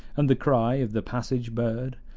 and the cry of the passage-bird,